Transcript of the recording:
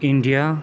India